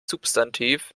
substantiv